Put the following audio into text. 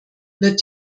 wird